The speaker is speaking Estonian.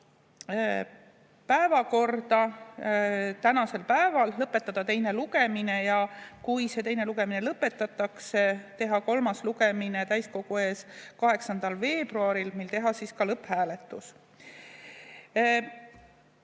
päevakorda tänasel päeval, lõpetada teine lugemine ja kui teine lugemine lõpetatakse, teha kolmas lugemine täiskogu ees 8. veebruaril, mil teha ka lõpphääletus.